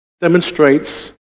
demonstrates